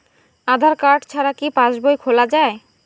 আধার card ছাড়া কি passbook খোলা যায়?